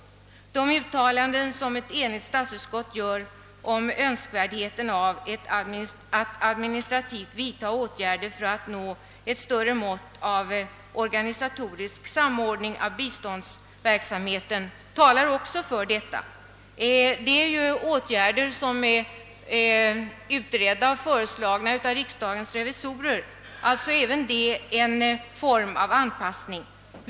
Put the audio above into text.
De uttalanden som ett enigt statsutskott gör om öÖönskvärdheten av att administrativt vidta åtgärder för att nå ett större mått av organisatorisk samordning av biståndsverksamheten talar också för detta. Det är ju åtgärder som är utredda och föreslagna av riksdagens revisorer — alltså en form av anpassning även här.